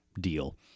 deal